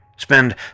Spend